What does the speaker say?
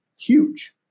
huge